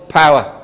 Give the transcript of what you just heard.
power